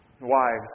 Wives